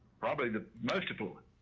probably the most important.